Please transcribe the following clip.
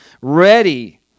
ready